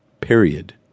period